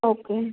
okay